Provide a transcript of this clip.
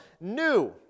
new